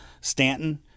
stanton